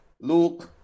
Luke